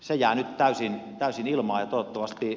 se jää nyt täysin ilmaan